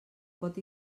pot